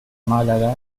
málaga